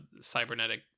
cybernetic